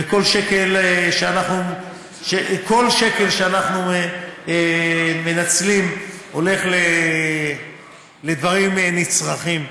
וכל שקל שאנחנו מנצלים הולך לדברים נצרכים,